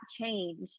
change